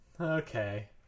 Okay